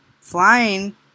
flying